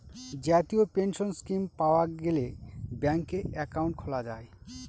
জাতীয় pension scheme পাওয়া গেলে ব্যাঙ্কে একাউন্ট খোলা যায়